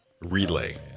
Relay